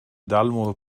dalmor